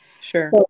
Sure